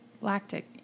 lactic